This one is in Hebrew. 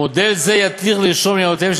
מודל זה יתיר לרשום את מניותיהן של